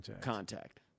contact